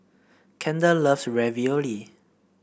Kendall loves Ravioli